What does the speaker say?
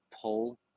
pull